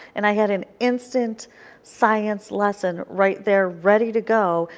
and i had an instant science lesson right there ready to go.